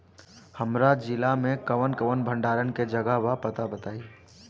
हमरा जिला मे कवन कवन भंडारन के जगहबा पता बताईं?